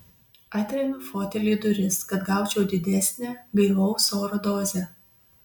atremiu fotelį į duris kad gaučiau didesnę gaivaus oro dozę